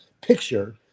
picture